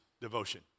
devotion